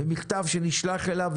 יש מכתב שנשלח אליו,